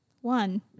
one